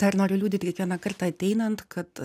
tą ir noriu liudyt kiekvieną kartą ateinant kad